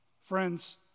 Friends